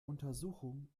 untersuchung